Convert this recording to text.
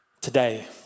Today